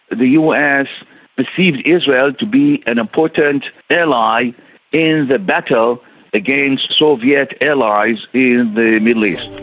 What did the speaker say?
the us perceived israel to be an important ally in the battle against soviet allies in the middle east.